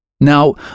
Now